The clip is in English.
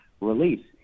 release